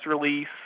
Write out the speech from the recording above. release